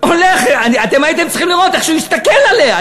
הייתם צריכים לראות איך הוא הסתכל עליה,